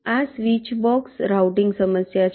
આ switch box routing સમસ્યા છે